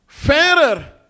fairer